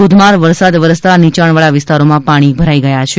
ધોધમાર વરસાદ વરસતાં નીચાણવાળા વિસ્તારોમાં પાણી ભરાઈ ગયા હતા